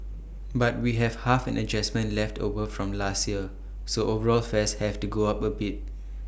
but we have half an adjustment left over from last year so overall fares have to go up A bit